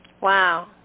Wow